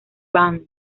band